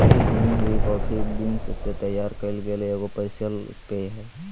coffee भुनी हुई coffee beans से तैयार कइल गेल एगो पीसल पेय हइ